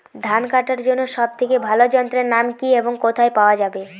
ধান কাটার জন্য সব থেকে ভালো যন্ত্রের নাম কি এবং কোথায় পাওয়া যাবে?